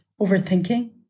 Overthinking